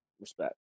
Respect